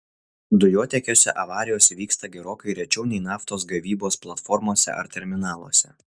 dujotiekiuose avarijos įvyksta gerokai rečiau nei naftos gavybos platformose ar terminaluose